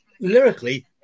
lyrically